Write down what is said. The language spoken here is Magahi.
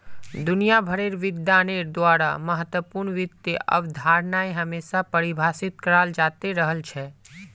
दुनिया भरेर विद्वानेर द्वारा महत्वपूर्ण वित्त अवधारणाएं हमेशा परिभाषित कराल जाते रहल छे